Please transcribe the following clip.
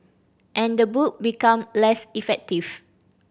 and the book become less effective